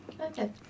Okay